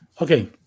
Okay